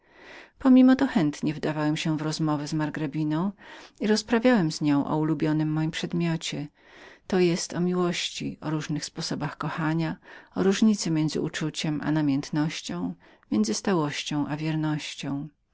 pomimo to chętnie wdawałem się w rozmowę z margrabiną i rozprawiałem z nią o ulubionym moim przedmiocie to jest o miłości o różnych sposobach kochania o różnicy między uczuciem a namiętnością między stałością a wiernością